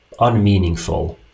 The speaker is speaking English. unmeaningful